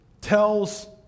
tells